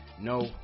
No